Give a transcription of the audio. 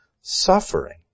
suffering